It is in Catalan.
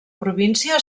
província